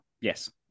Yes